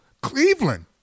Cleveland